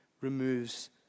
removes